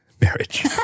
Marriage